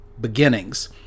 beginnings